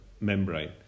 membrane